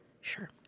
Sure